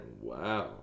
wow